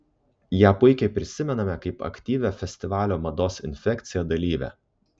ją puikiai prisimename kaip aktyvią festivalio mados infekcija dalyvę